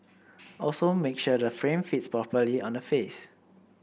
also make sure the frame fits properly on the face